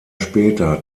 später